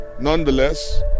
nonetheless